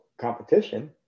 competition